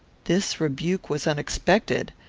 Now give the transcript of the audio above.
this rebuke was unexpected.